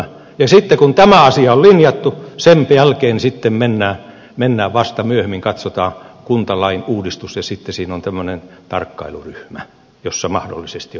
ja sitten kun tämä asia on linjattu sen jälkeen sitten vasta myöhemmin katsotaan kuntalain uudistus ja sitten siinä on tämmöinen tarkkailuryhmä jossa mahdollisesti on muitakin